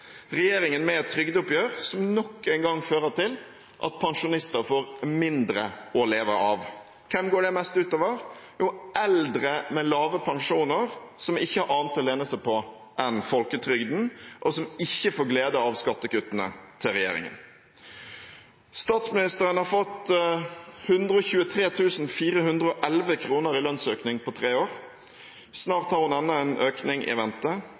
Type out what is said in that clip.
regjeringen med et trygdeoppgjør som nok en gang fører til at pensjonister får mindre å leve av. Hvem går det mest ut over? Jo, eldre med lave pensjoner, som ikke har annet å lene seg på enn folketrygden, og som ikke får glede av skattekuttene til regjeringen. Statsministeren har fått 123 411 kr i lønnsøkning på tre år. Snart har hun enda en økning i